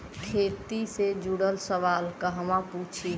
खेती से जुड़ल सवाल कहवा पूछी?